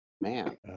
man